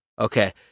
Okay